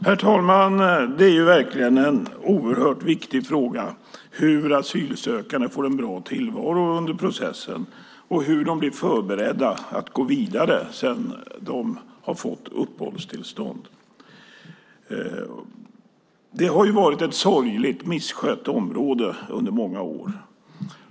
Herr talman! Hur asylsökande får en bra tillvaro under processen och hur de blir förberedda inför att gå vidare sedan de fått uppehållstillstånd är verkligen en viktig fråga. Området har varit sorgligt misskött i många år.